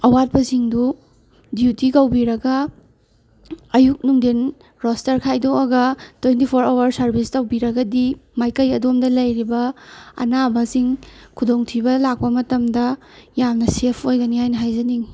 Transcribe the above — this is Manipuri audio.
ꯑꯋꯥꯠꯄꯁꯤꯡꯗꯨ ꯗ꯭ꯌꯨꯇꯤ ꯀꯧꯕꯤꯔꯒ ꯑꯌꯨꯛ ꯅꯨꯡꯗꯤꯟ ꯔꯣꯁꯇꯔ ꯈꯥꯏꯗꯣꯛꯑꯒ ꯇ꯭ꯋꯦꯟꯇꯤ ꯐꯣꯔ ꯑꯋꯥꯔ ꯁꯔꯚꯤꯁ ꯇꯧꯕꯤꯔꯒꯗꯤ ꯃꯥꯏꯀꯩ ꯑꯗꯣꯝꯗ ꯂꯩꯔꯤꯕ ꯑꯅꯥꯕꯁꯤꯡ ꯈꯨꯗꯣꯡ ꯊꯤꯕ ꯂꯥꯛꯄ ꯃꯇꯝꯗ ꯌꯥꯝꯅ ꯁꯦꯐ ꯑꯣꯏꯒꯅꯤ ꯍꯥꯏꯅ ꯍꯥꯏꯖꯅꯤꯡꯉꯤ